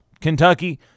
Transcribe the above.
Kentucky